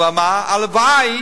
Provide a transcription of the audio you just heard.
אבל מה?